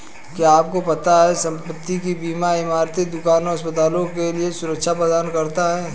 क्या आपको पता है संपत्ति का बीमा इमारतों, दुकानों, अस्पतालों के लिए सुरक्षा प्रदान करता है?